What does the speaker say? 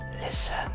listen